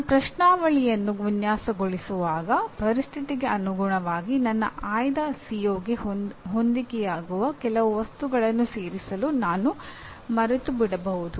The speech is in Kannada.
ನಾನು ಪ್ರಶ್ನಾವಳಿಯನ್ನು ವಿನ್ಯಾಸಗೊಳಿಸುವಾಗ ಪರಿಸ್ಥಿತಿಗೆ ಅನುಗುಣವಾಗಿ ನನ್ನ ಆಯ್ದ ಸಿಒಗೆ ಹೊಂದಿಕೆಯಾಗುವ ಕೆಲವು ವಸ್ತುಗಳನ್ನು ಸೇರಿಸಲು ನಾನು ಮರೆತುಬಿಡಬಹುದು